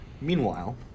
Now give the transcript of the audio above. Meanwhile